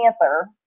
Panther